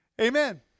Amen